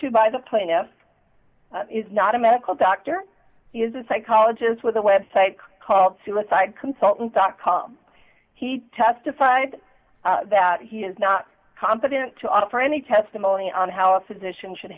to by the plaintiffs is not a medical doctor he is a psychologist with a website called suicide consultant dot com he testified that he is not competent to offer any testimony on how a physician should